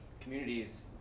communities